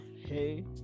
Hey